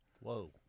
Whoa